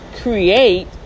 create